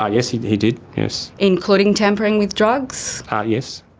ah yes he he did. yes. including tampering with drugs. ah yes.